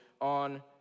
on